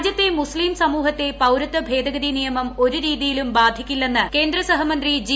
രാജ്യത്തെ മുസ്ലീം സമൂഹത്തെ പൌരത്വ ഭേദഗതി നിയമം ഒരു രീതിയിലും ബാധിക്കില്ലെന്ന് കേന്ദ്ര സഹമന്ത്രി ജി